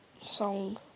song